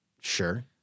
Sure